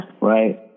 right